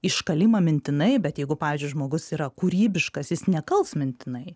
iškalimą mintinai bet jeigu pavyzdžiui žmogus yra kūrybiškas jis nekals mintinai